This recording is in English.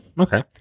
Okay